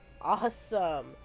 Awesome